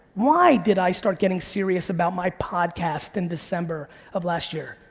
why did i start getting serious about my podcast in december of last year?